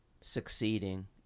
succeeding